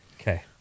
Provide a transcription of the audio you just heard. Okay